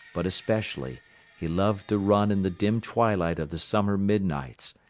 but especially he loved to run in the dim twilight of the summer midnights,